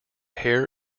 hair